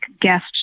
guest